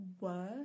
worse